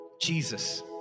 Jesus